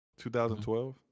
2012